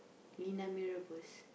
Lina mee-rebus